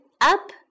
up